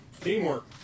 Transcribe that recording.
Teamwork